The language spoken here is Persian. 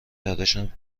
تراشم